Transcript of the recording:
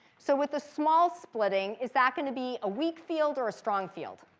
so with the small splitting, is that going to be a weak field or a strong field?